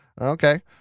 Okay